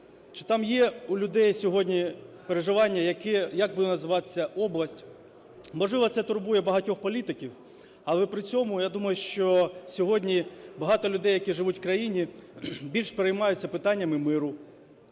Чи там є у людей сьогодні переживання, як буде називатися область? Можливо, це турбує багатьох політиків, але при цьому я думаю, що сьогодні багато людей, які живуть у країні, більш переймаються питаннями миру.